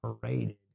Paraded